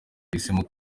yahisemo